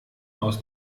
aus